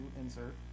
insert